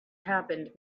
happened